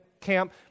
camp